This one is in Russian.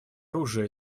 оружия